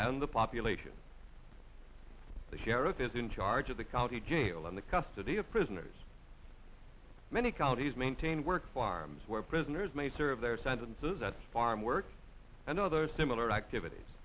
and the population the sheriff is in charge of the county jail in the custody of prisoners many counties maintain work farms where prisoners may serve their sentences at farm work and other similar activities